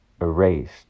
erased